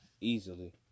easily